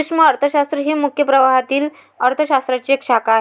सूक्ष्म अर्थशास्त्र ही मुख्य प्रवाहातील अर्थ शास्त्राची एक शाखा आहे